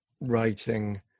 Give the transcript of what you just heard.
writing